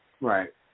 Right